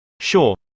sure